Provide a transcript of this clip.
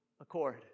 accord